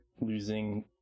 losing